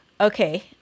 okay